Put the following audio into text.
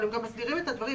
אבל היא גם מסדירה את הדברים.